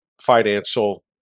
financial